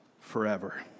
forever